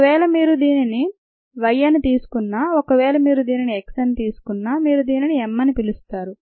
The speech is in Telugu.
ఒకవేళ దీనిని మీరు y అని తీసుకున్నా ఒకవేళ దీనిని మీరు x అని తీసుకున్నా మీరు దీనిని m అని పిలుస్తారు